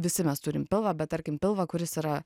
visi mes turim pilvą bet tarkim pilvą kuris yra